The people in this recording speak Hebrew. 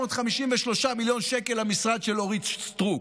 653 מיליון שקל למשרד של אורית סטרוק.